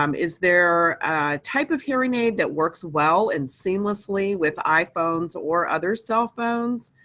um is there a type of hearing aid that works well and seamlessly with iphones or other cell phones?